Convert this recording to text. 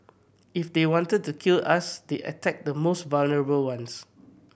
if they wanted to kill us they attack the most vulnerable ones